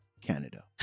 Canada